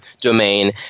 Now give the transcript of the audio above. domain